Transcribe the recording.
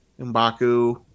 M'Baku